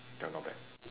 that one not bad